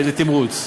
לתמרוץ.